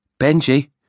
Benji